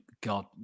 God